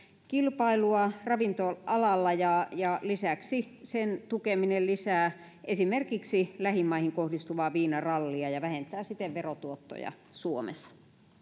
kilpailua ravintola alalla ja ja lisäksi tukeminen lisää esimerkiksi lähimaihin kohdistuvaa viinarallia ja vähentää siten verotuottoja suomessa